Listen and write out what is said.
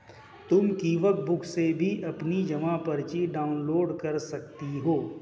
तुम क्विकबुक से भी अपनी जमा पर्ची डाउनलोड कर सकती हो